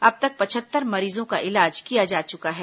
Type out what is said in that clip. अब तक पचहत्तर मरीजों का इलाज किया जा चुका है